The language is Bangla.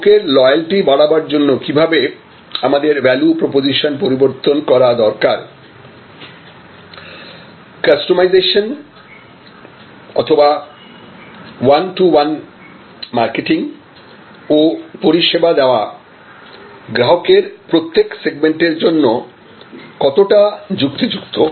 গ্রাহকের লয়ালটি বাড়াবার জন্য কিভাবে আমাদের ভ্যালু প্রপোজিশন পরিবর্তন করা দরকার কাস্টমাইজেশন অথবা ওয়ান টু ওয়ান মার্কেটিং ও পরিষেবা দেওয়া গ্রাহকের প্রত্যেক সেগমেন্টের জন্য কতটা যুক্তিযুক্ত